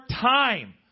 time